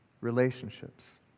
relationships